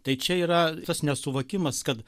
tai čia yra tas nesuvokimas kad